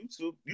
YouTube